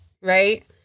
right